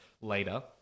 later